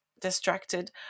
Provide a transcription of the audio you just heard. distracted